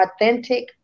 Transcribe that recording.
authentic